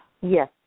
Yes